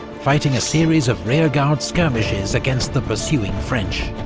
fighting a series of rearguard skirmishes against the pursuing french.